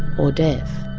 or death,